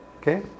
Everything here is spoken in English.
Okay